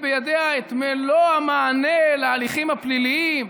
בידיה את מלוא המענה להליכים הפליליים.